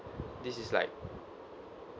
this is like